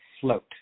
float